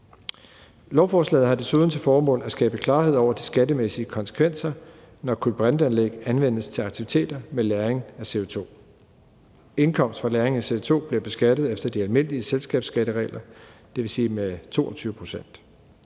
Lovforslaget har desuden til formål at skabe klarhed over de skattemæssige konsekvenser, når kulbrinteanlæg anvendes til aktiviteter med lagring af CO2. Indkomst fra lagring af CO2 bliver beskattet efter de almindelige selskabsskatteregler, dvs. med 22